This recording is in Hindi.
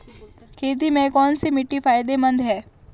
खेती में कौनसी मिट्टी फायदेमंद है?